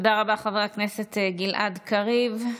תודה רבה, חבר הכנסת גלעד קריב.